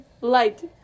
light